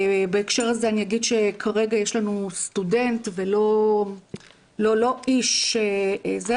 בהקשר הזה אני אגיד שכרגע יש לנו סטודנט ולא איש ---,